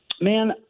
man